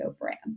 Brand